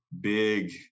big